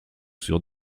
sur